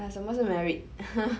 !huh! 什么是 merit